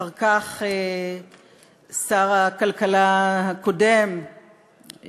אחר כך שר הכלכלה הקודם,